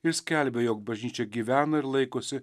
ir skelbia jog bažnyčia gyvena ir laikosi